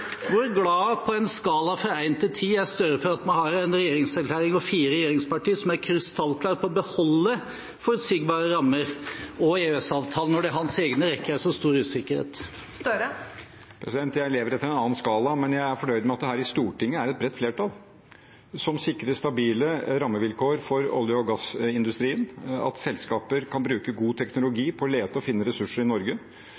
Hvor glad – på en skala fra 1 til 10 – er Støre for at vi har en regjeringserklæring og fire regjeringspartier som er krystallklare på å beholde forutsigbare rammer og EØS-avtalen, når det i hans egne rekker er så stor usikkerhet? Jeg lever etter en annen skala, men jeg er fornøyd med at det her i Stortinget er et bredt flertall som sikrer stabile rammevilkår for olje- og gassindustrien, og at selskaper kan bruke god